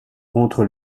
contre